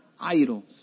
idols